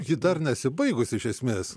ji dar nesibaigus iš esmės